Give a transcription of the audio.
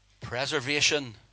preservation